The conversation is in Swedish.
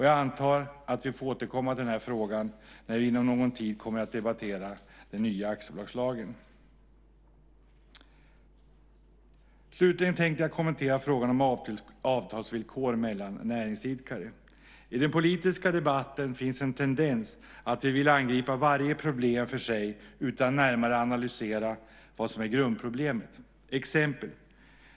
Jag antar att vi får återkomma till frågan när vi inom någon tid kommer att debattera den nya aktiebolagslagen. Slutligen tänkte jag kommentera frågan om avtalsvillkor mellan näringsidkare. I den politiska debatten finns en tendens att vi vill angripa varje problem för sig utan att närmare analysera vad som är grundproblemet. Jag ska ta ett exempel.